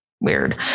Weird